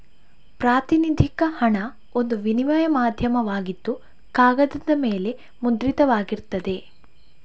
ಪ್ರಾತಿನಿಧಿಕ ಹಣ ಒಂದು ವಿನಿಮಯ ಮಾಧ್ಯಮವಾಗಿದ್ದು ಕಾಗದದ ಮೇಲೆ ಮುದ್ರಿತವಾಗಿರ್ತದೆ